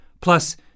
Plus